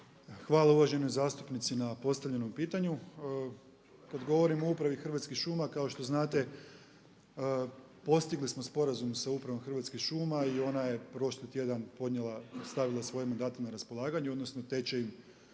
Hvala uvaženoj zastupnici na postavljenom pitanju. Kada govorimo o upravi Hrvatskih šuma kao što znate, postigli smo sporazum sa upravom Hrvatskih šuma i ona je prošli tjedan podnijela, stavila svoje mandate na raspolaganje, odnosno teče im